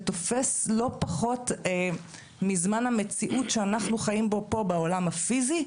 ותופס לא פחות מזמן המציאות שאנחנו חיים בו פה בעולם הפיזי,